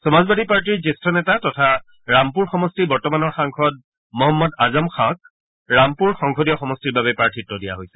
সমাজবাদী পাৰ্টিৰ জ্যেষ্ঠ নেতা আৰু ৰামপুৰ সমষ্টিৰ বৰ্তমানৰ সাংসদ মহম্মদ আজম খাঁক ৰামপুৰ সংসদীয় সমষ্টিৰ বাবে প্ৰাৰ্থিত্ব দিয়া হৈছে